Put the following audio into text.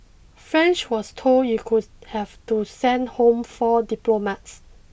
France was told it could have to send home four diplomats